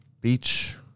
Beach